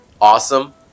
awesome